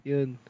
Yun